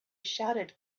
shouted